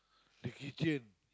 the kitchen